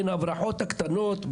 בהברחות הקטנות,